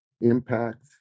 impact